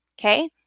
Okay